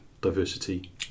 diversity